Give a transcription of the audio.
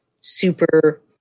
super